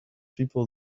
people